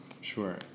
Sure